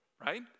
right